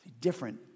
Different